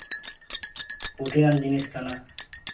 ᱯᱨᱳᱴᱤᱱᱟᱱ ᱡᱤᱱᱤᱥ ᱠᱟᱱᱟ